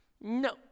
No